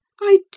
I